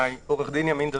בתחילת משבר הקורונה,